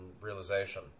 realization